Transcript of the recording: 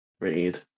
read